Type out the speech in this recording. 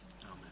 Amen